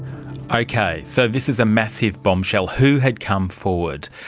okay, so this is a massive bombshell. who had come forward?